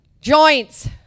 joints